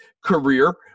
career